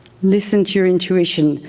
listen to your intuition,